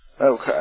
Okay